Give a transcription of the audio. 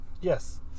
Yes